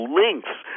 lengths